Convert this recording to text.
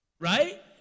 Right